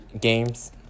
games